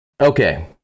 okay